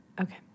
Okay